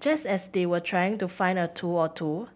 just as they were trying to find a tool or two